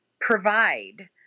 provide